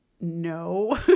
No